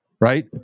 right